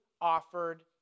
offered